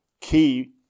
key